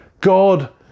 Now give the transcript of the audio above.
God